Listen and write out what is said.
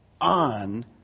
on